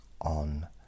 on